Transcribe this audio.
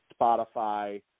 spotify